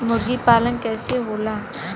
मुर्गी पालन कैसे होला?